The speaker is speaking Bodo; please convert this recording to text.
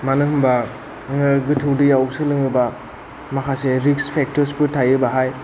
मानोहोमबा नोङो गोथौ दैयाव सोलोङोबा माखासे रिक्स फेक्टर्स फोर थायो बेहाय